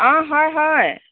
অঁ হয় হয়